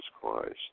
Christ